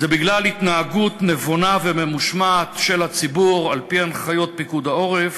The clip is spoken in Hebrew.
זה בגלל התנהגות נבונה וממושמעת של הציבור על-פי הנחיות פיקוד העורף,